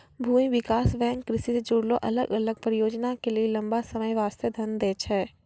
भूमि विकास बैंक कृषि से जुड़लो अलग अलग परियोजना के लेली लंबा समय बास्ते धन दै छै